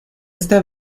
esta